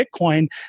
Bitcoin